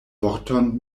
vorton